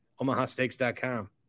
OmahaSteaks.com